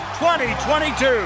2022